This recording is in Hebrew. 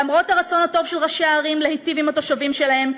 למרות הרצון הטוב של ראשי הערים להיטיב עם התושבים שלהם,